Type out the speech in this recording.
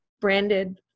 branded